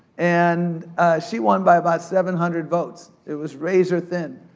and she won by about seven hundred votes, it was razor-thin.